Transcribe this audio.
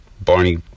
barney